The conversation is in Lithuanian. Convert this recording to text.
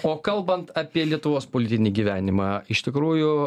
o kalbant apie lietuvos politinį gyvenimą iš tikrųjų